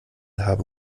habe